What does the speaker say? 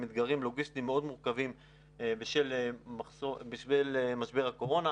אתגרים לוגיסטיים מאוד מורכבים בשל משבר הקורונה.